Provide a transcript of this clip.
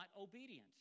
obedience